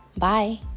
Bye